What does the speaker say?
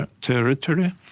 territory